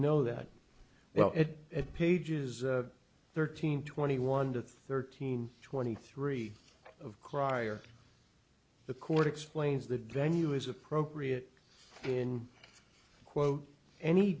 know that well it at pages thirteen twenty one to thirteen twenty three of crier the court explains that venue is appropriate in quote any